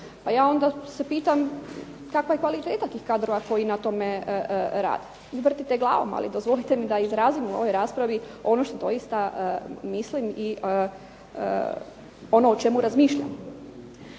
Pa ja onda se pitam kakva je kvaliteta tih kadrova koji na tome rade? Vi vrtite glavom, ali dozvolite mi da izrazim i u ovoj raspravi ono što doista mislim i ono o čemu razmišljam.